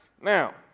Now